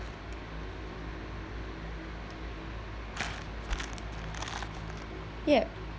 ya